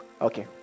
Okay